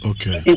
Okay